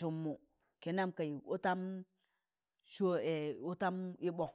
sụm mụ kịnam kayị ọtọm sọ ọtam yịbọk.